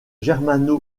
germano